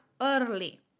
early